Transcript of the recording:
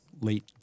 late